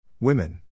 Women